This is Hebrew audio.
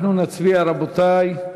אנחנו נצביע, רבותי.